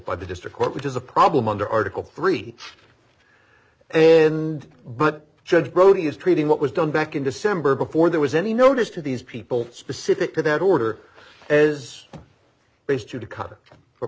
by the district court which is a problem under article three and but judge brody is treating what was done back in december before there was any notice to these people specifically that order is based